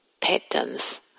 patterns